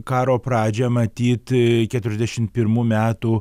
karo pradžią matyti keturiasdešimt pirmų metų